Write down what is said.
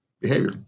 behavior